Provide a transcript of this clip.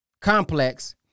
Complex